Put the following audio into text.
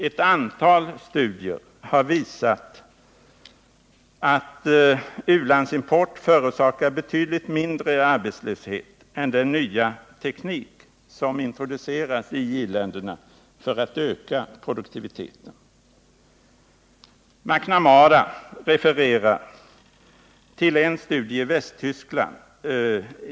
Ett antal studier har visat att u-landsimport förorsakar betydligt mindre arbetslöshet än den nya teknik som introduceras i i-länderna för att öka produktiviteten. McNamara refererade i ett tal förra året till en studie i Västtyskland.